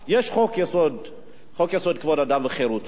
יש חוק-יסוד: כבוד האדם וחירותו.